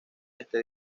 este